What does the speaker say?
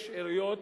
יש עיריות